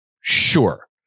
Sure